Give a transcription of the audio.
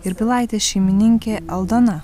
ir pilaitės šeimininkė aldona